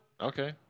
Okay